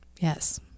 Yes